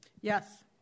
Yes